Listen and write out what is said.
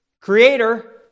creator